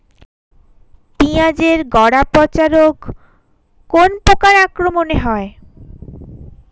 পিঁয়াজ এর গড়া পচা রোগ কোন পোকার আক্রমনে হয়?